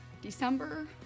December